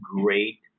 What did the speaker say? great